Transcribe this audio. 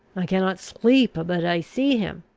i cannot sleep but i see him.